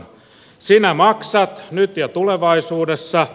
sinä maksat nyt ja tulevaisuudessa